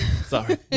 Sorry